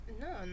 No